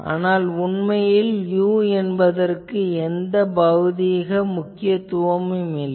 ஆனால் உண்மையில் u என்பதற்கு எந்த பௌதீக முக்கியத்துவமும் இல்லை